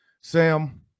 Sam